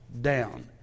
down